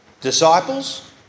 Disciples